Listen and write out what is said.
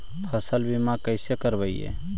फसल बीमा कैसे करबइ?